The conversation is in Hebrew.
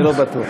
אני לא בטוח.